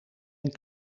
een